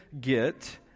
get